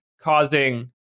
causing